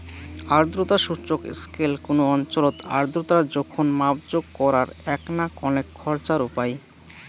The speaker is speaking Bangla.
আর্দ্রতা সূচক স্কেল কুনো অঞ্চলত আর্দ্রতার জোখন মাপজোক করার এ্যাকনা কণেক খরচার উপাই